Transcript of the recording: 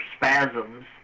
spasms